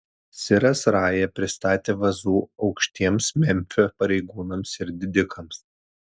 siras raja pristatė vazų aukštiems memfio pareigūnams ir didikams